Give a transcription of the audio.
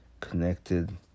connected